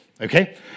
okay